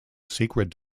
secret